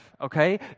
Okay